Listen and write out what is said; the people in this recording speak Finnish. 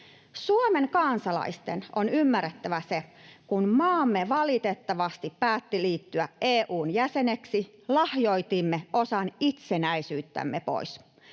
Suomen kansalaisten on ymmärrettävä se, että kun maamme valitettavasti päätti liittyä EU:n jäseneksi, lahjoitimme osan itsenäisyyttämme pois.